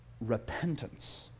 repentance